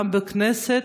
גם בכנסת,